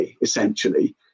essentially